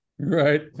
Right